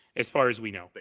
as far as we know.